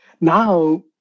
Now